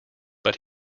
but